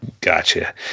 Gotcha